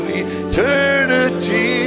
eternity